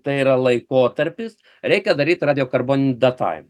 tai yra laikotarpis reikia daryti radiokarboninį datavimą